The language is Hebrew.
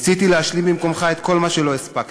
ניסיתי להשלים במקומך את כל מה שלא הספקת.